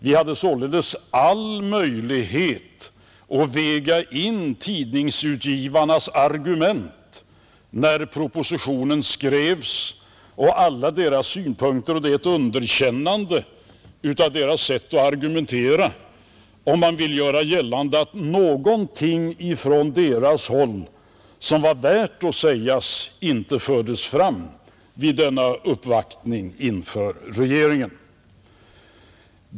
Vi hade således all möjlighet att väga in tidningsutgivarnas argument och synpunkter, när propositionen skrevs, Det är ett underkännande av deras sätt att argumentera, om man vill göra gällande att någonting från deras håll som var värt att sägas inte fördes fram vid denna uppvaktning inför regeringen.